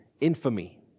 infamy